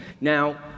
Now